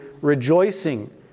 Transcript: rejoicing